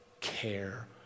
care